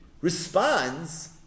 responds